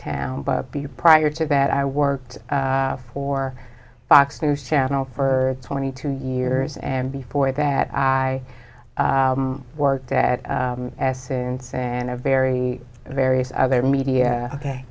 town but be prior to that i worked for fox news channel for twenty two years and before that i worked at essence and a very various other media ok